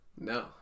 No